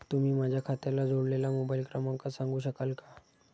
तुम्ही माझ्या खात्याला जोडलेला मोबाइल क्रमांक सांगू शकाल का?